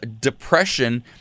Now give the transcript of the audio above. depression